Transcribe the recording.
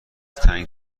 تنگ